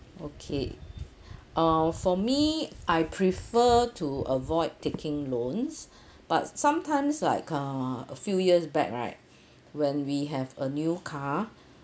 okay uh for me I prefer to avoid taking loans but sometimes like uh a few years back right when we have a new car